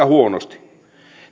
huonosti